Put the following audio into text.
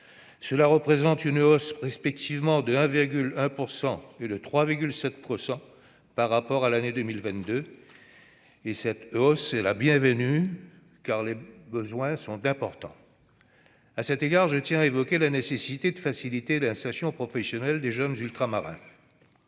la hausse est-elle respectivement de 1,1 % et de 3,7 % par rapport à l'année 2022 ; elle est bienvenue, car les besoins sont importants. À cet égard, je tiens à évoquer la nécessité de faciliter l'insertion professionnelle des jeunes Ultramarins.